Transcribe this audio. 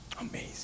Amazing